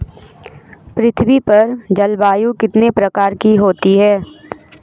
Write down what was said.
पृथ्वी पर जलवायु कितने प्रकार की होती है?